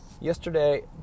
Yesterday